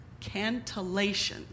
cantillation